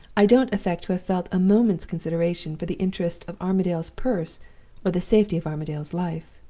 i don't affect to have felt a moment's consideration for the interests of armadale's purse or the safety of armadale's life.